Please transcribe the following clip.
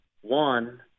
one